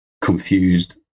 confused